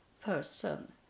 person